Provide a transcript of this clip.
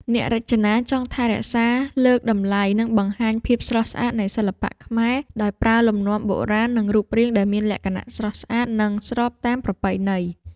អ្នករចនាចង់ថែរក្សា លើកតម្លៃ និងបង្ហាញភាពស្រស់ស្អាត នៃសិល្បៈខ្មែរ ដោយប្រើលំនាំបុរាណ និងរូបរាងដែលមានលក្ខណៈស្រស់ស្អាត និងស្របតាមប្រពៃណី។